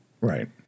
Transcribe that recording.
Right